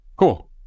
cool